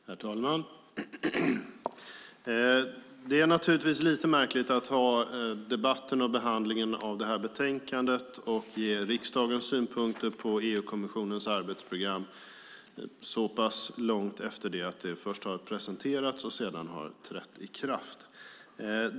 Herr talman! Det är naturligtvis lite märkligt att ha debatten och behandlingen av detta betänkande och ge riksdagens synpunkter på EU-kommissionens arbetsprogram så pass långt efter att det först har presenterats och sedan har trätt i kraft.